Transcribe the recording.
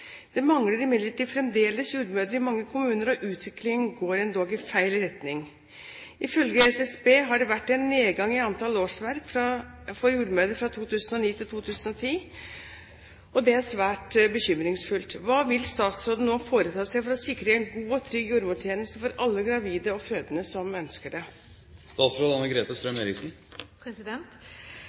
Det mangler imidlertid fremdeles jordmødre i mange kommuner, utviklingen går endog i feil retning. Ifølge SSB har det vært en nedgang i antall årsverk for jordmødre fra 2009 til 2010. Det er svært bekymringsfullt. Hva vil statsråden nå foreta seg for å sikre en god og trygg jordmortjeneste for alle gravide og fødende som ønsker det?»